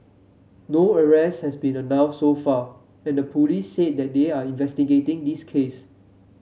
no arrests have been announced so far and the police said they are investigating the case